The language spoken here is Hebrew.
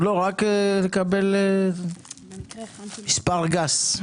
לא, רק לקבל מספר גס.